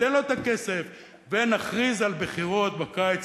ניתן לה את הכסף ונכריז על בחירות בקיץ